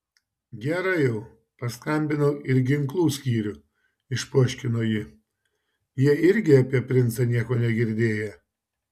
gerai jau paskambinau ir į ginklų skyrių išpoškino ji jie irgi apie princą nieko negirdėję